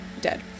dead